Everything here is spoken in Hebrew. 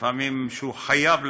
לפעמים הוא חייב לצאת,